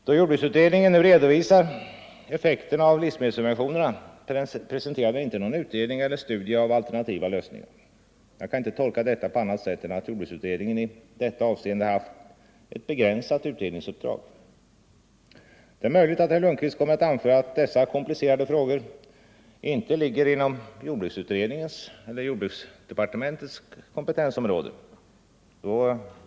Då jordbruksutredningen nu redovisade effekterna av livsmedelssubventionerna presenterade den icke någon utredning eller studie av alternativa lösningar. Jag kan inte tolka detta på annat sätt än att jordbruksutredningen i detta avseende haft ett begränsat utredningsuppdrag. Det är möjligt att herr Lundkvist kommer att anföra att dessa komplicerade frågor inte ligger inom jordbruksutredningens eller jordbruksdepartementets kompetensområde.